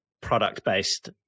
product-based